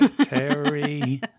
Terry